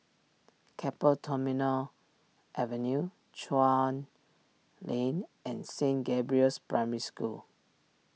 Keppel Terminal Avenue Chuan Lane and Saint Gabriel's Primary School